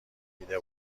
دیده